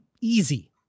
easy